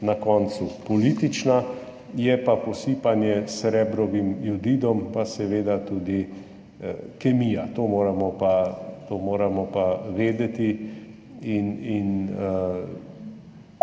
na koncu politična. Je pa posipanje s srebrovim jodidom seveda tudi kemija, to moramo pa vedeti in